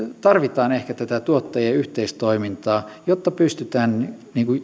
tarvitaan ehkä tätä tuottajien yhteistoimintaa jotta pystytään